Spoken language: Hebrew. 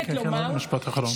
כן, כן, משפט אחרון.